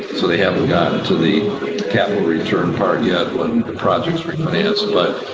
so they haven't gotten to the capital return part yet once the projects refinance. but,